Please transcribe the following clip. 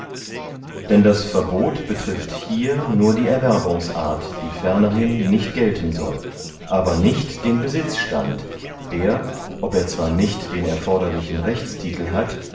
denn das verbot betrifft hier nur die erwerbungsart die fernerhin nicht gelten soll aber nicht den besitzstand der ob er zwar nicht den erforderlichen rechtstitel hat